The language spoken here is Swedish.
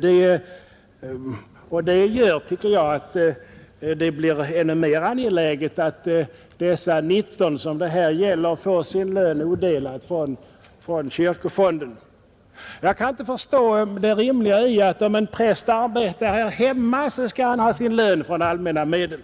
Detta tycker jag gör att det blir ännu mer angeläget att dessa 19, som det här gäller, får sin lön odelat från kyrkofonden, Jag kan inte förstå det rimliga i att om en präst arbetar här hemma skall han ha sin lön av allmänna medel